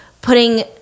putting